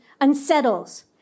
unsettles